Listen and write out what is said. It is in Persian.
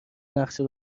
نقشه